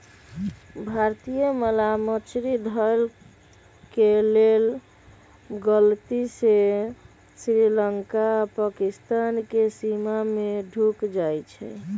भारतीय मलाह मछरी धरे के लेल गलती से श्रीलंका आऽ पाकिस्तानके सीमा में ढुक जाइ छइ